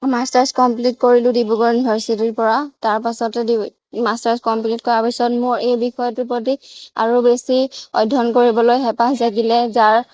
masters complete কৰিলোঁ ডিব্ৰুগড় ইউনিভাৰ্চিটিৰ পৰা তাৰপাছতে মাষ্টাৰচ কমপ্লিট কৰাৰ পাছত মোৰ এই বিষয়টোৰ প্ৰতি আৰু বেছি অধ্যয়ন কৰিবলৈ হেঁপাহ জাগিলে যাৰ